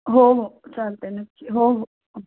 हो हो चालतं नक्की हो हो